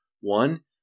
one